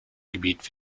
gebiet